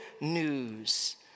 news